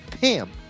Pam